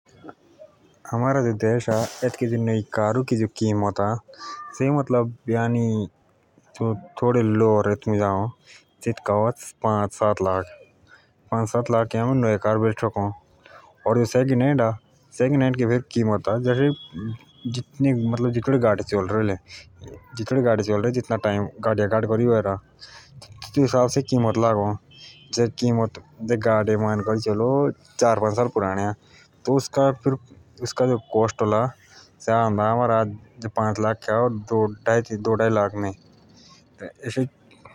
आमार देशदि जो कारअ कम रेट कि जो आम लोग चलाअ तेतूके किमत पान्च सात लाख रुपए तक नए गाडे बेटे शकअ और सेकिन्ड हेन्ड कार तेतूके हिसाब से देअ जुछडे गाडे चले रोए ले जे चार साल पुराने अले ओर नए पांच लाख रुपए के राए ले खरिदे तब से दुखी डाई लाख के बिकाऊदे।